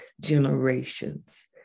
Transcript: generations